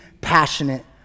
passionate